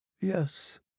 Yes